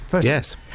Yes